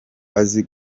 azi